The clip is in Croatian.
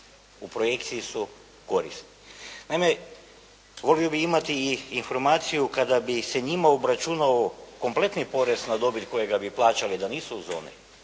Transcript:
U projekciji su korisni. Naime, volio bih imati i informaciju kada bi se njima obračunao kompletni porez na dobit kojega bi plaćali da nisu u zoni